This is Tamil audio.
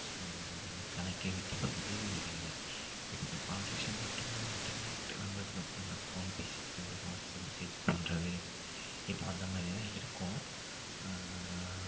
ஸோ அந்த ஒரு கனெக்ட்டிவிட்டிங்கிறது இல்லை இப்போ இந்த கான்வெர்சேஷன் அப்படிங்கிறது இன்டர்நெட் வந்ததுக்கு அப்புறம் தான் ஃபோன் பேசிக்கிறது வாட்ஸப் மெசேஜ் பண்ணுறது இப்போ அந்த மாரிதான் இருக்கோம்